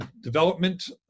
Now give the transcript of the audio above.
development